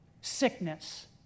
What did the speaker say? sickness